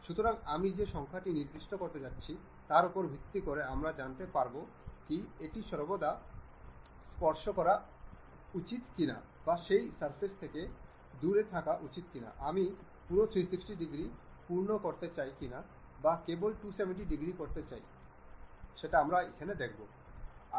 সুতরাং আমি যে সংখ্যাটি নির্দিষ্ট করতে যাচ্ছি তার উপর ভিত্তি করে আমরা জানতে পারবো কি সর্বদা এটি স্পর্শ করা উচিত কিনা বা সেই সারফেস থেকে দূরে থাকা উচিত কিনা আমি পুরো 360 ডিগ্রি পূর্ণ করতে চাই কিনা বা কেবল 270 ডিগ্রি করতে চাই